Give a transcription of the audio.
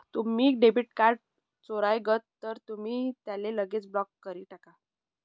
तुम्हना debit card चोराय गय तर तुमी त्याले लगेच ब्लॉक करी टाका